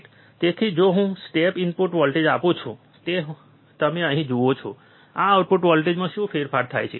તેથી જો હું સ્ટેપ ઇનપુટ વોલ્ટેજ આપું છું જે તમે અહીં જુઓ છો તો આઉટપુટ વોલ્ટેજમાં શું ફેરફાર થાય છે